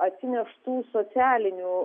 atsineštų socialinių